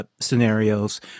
scenarios